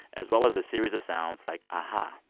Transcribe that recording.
as well as a series of sounds like a-ha.